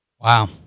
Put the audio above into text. Wow